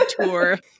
tour